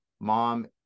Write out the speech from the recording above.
Mom